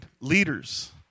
leaders